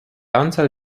anzahl